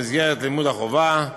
במסגרת לימוד החובה,